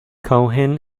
cohen